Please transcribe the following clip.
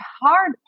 hard